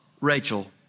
Rachel